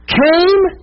came